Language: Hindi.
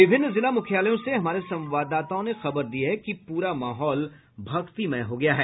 विभिन्न जिला मुख्यालयों से हमारे संवाददाताओं ने खबर दी है कि पूरा माहौल भक्तिमय हो गया है